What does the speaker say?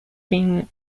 been